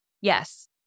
Yes